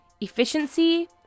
efficiency